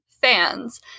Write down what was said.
fans